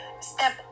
step